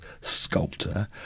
sculptor